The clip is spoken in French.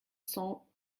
cent